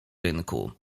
rynku